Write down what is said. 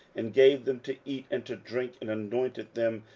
and gave them to eat and to drink, and anointed them,